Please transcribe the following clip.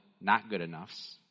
not-good-enoughs